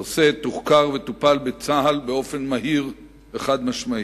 הנושא תוחקר וטופל בצה"ל באופן מהיר וחד-משמעי.